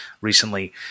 recently